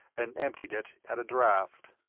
and emptied it at a draught.